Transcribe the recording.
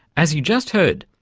as you just heard,